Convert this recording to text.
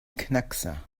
knackser